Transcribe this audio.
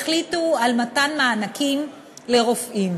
החליטו על מתן מענקים לרופאים.